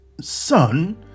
Son